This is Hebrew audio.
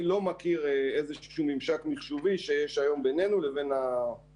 אני לא מכיר איזה ממשק מחשובי שיש היום בינינו לבין הנושא הזה.